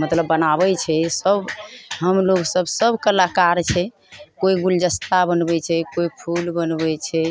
मतलब बनाबै छै सभ हम लोग सभ सभ कलाकार छै कोइ गुलदस्ता बनबै छै कोइ फूल बनबै छै